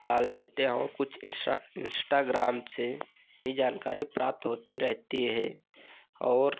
डाल देते हैं और कुछ इन्स्ट्रा इन्स्टाग्राम से भी जानकारी प्राप्त होती रहती है और